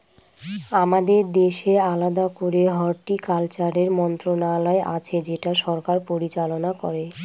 আমাদের দেশে আলাদা করে হর্টিকালচারের মন্ত্রণালয় আছে যেটা সরকার পরিচালনা করে